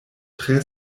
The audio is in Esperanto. tre